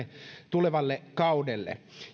tulevalle kaudelle